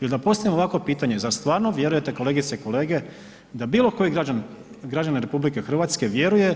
Ili da postavimo ovakvo pitanje, zar stvarno vjerujete kolegice i kolege da bilokoji građanin RH vjeruje